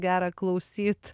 gerą klausyt